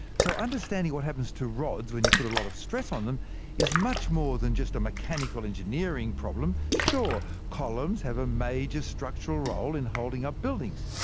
so understanding what happens to rods when you put a lot of stress on them is much more than just a mechanical engineering problem. sure, columns have a major structural role in holding up buildings.